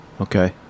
Okay